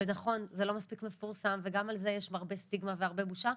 נכון זה לא מספיק מפורסם וגם על זה יש הרבה סטיגמה והרבה בושה,